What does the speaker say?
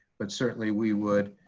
but certainly we would